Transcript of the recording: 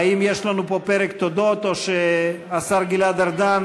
האם יש לנו פה פרק תודות או שהשר גלעד ארדן